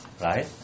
right